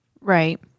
right